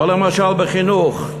או למשל בחינוך,